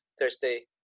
Thursday